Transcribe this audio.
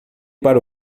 para